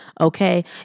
Okay